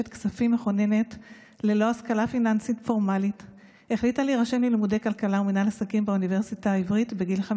ששמה לקוח מסדר ההבדלה שאנחנו עורכים בביתנו מדי מוצאי שבת